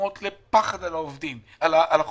גורמים לפחד אצל החולים,